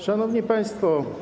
Szanowni Państwo!